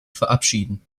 verabschieden